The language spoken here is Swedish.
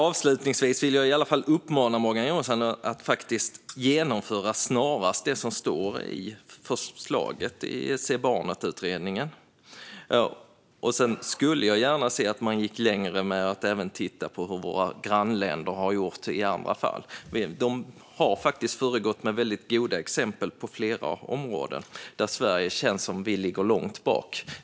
Avslutningsvis vill jag i alla fall uppmana Morgan Johansson att snarast genomföra det som utredningen föreslår i Se barnet! Sedan skulle jag gärna se att man gick längre med att även titta på hur våra grannländer har gjort i andra fall. De har faktiskt föregått med väldigt goda exempel på flera områden där det känns som att Sverige ligger långt efter.